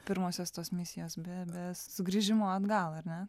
pirmosios tos misijos be be sugrįžimo atgal ar ne